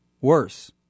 worse